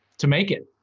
to make it.